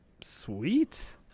Sweet